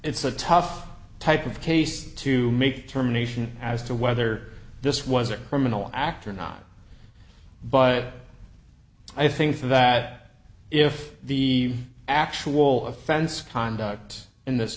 it's a tough type of case to make term nation as to whether this was a criminal act or not but i think that if the actual offense conduct in this